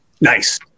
Nice